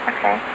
Okay